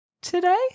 today